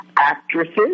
Actresses